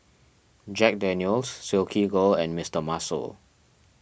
Jack Daniel's Silkygirl and Mister Muscle